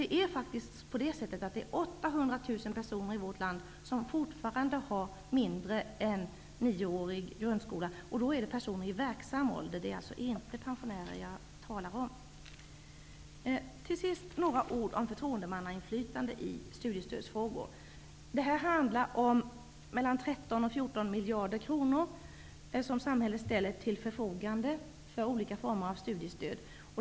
Det är faktiskt 800 000 personer i vårt land som inte ens har nioårig grundskola bakom sig. Det gäller då personer i verksam ålder, alltså inte pensionärer. Sedan några ord om förtroendemannainflytande i studiestödsfrågor. Det är 13--14 miljarder kronor som samhället ställer till förfogande för olika former av studiestöd.